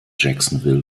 jacksonville